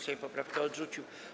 Sejm poprawkę odrzucił.